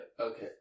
Okay